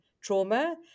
trauma